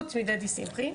חוץ מדדי שמחי.